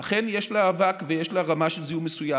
אכן יש לה אבק ויש לה רמה של זיהום מסוים.